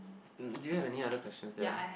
um do you have any other questions there